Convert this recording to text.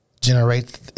generate